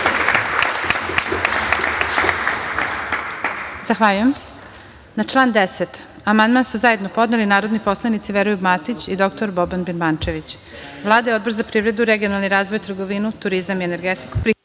Zahvaljujem. Na član 46. amandman su zajedno podneli narodni poslanici Veroljub Matić i dr Boban Birmančević. Vlada i Odbor za privredu, regionalni razvoj, trgovinu, turizam i energetiku